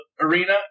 arena